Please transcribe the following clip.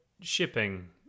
shipping